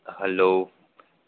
hello